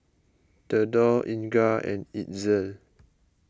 thedore Inga and Itzel